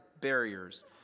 barriers